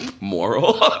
moral